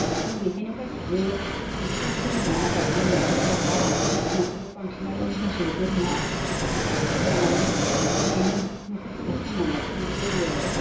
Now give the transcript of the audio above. जों बेखायनो गासैबो बांसिन जोंनि आबाद मावनानै जाग्रा न'खराव बांसिनानो मोसौ बोरमाखौ लानानै इदिनो न'खरखौ फोथांना लाखिनाय जायो आरो